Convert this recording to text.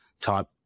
type